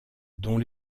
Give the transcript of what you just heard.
dont